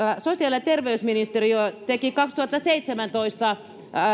sosiaali ja terveysministeriö teki kaksituhattaseitsemäntoista